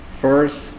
First